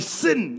sin